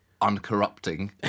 uncorrupting